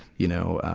you know,